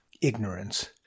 ignorance